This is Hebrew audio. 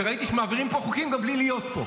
וראיתי שמעבירים פה חוקים גם בלי להיות פה.